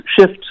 shift